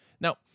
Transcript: Now